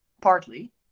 partly